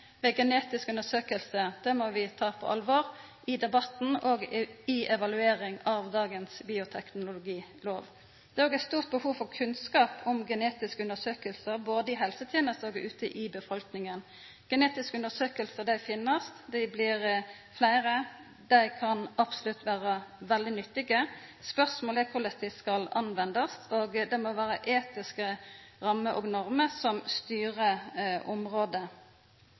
må vi ta på alvor i debatten og i evalueringa av dagens bioteknologilov. Det er òg eit stort behov for kunnskap om genetiske undersøkingar både i helsetenesta og ute i befolkninga. Genetiske undersøkingar finst, dei blir fleire, og dei kan absolutt vera veldig nyttige. Spørsmålet er korleis dei skal brukast, og det må vera etiske rammer og normer som styrer området.